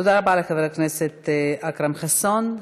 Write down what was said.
תודה רבה לחבר הכנסת אכרם חסון.